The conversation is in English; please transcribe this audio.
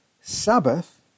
Sabbath